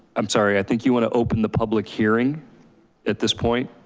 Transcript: i'm sorry. i think you wanna open the public hearing at this point.